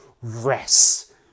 rest